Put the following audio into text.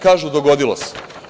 Kažu – dogodilo se.